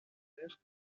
père